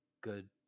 good